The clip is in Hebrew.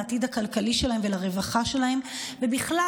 לעתיד הכלכלי שלהם ולרווחה שלהם ובכלל